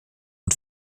und